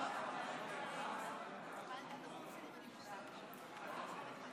קרן, תירגעי.